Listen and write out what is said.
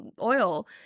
oil